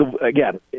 again